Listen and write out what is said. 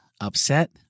upset